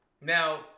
Now